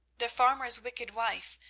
the farmer's wicked wife,